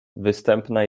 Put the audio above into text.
występna